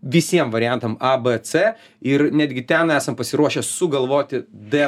visiem variantam a b c ir netgi ten esam pasiruošę sugalvoti d